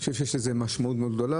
אני חושב שיש לזה משמעות גדולה,